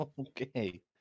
Okay